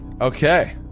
Okay